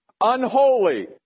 Unholy